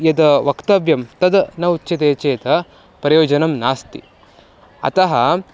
यद् वक्तव्यं तद् न उच्यते चेत् प्रयोजनं नास्ति अतः